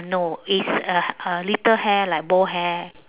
no is uh uh little hair like bowl hair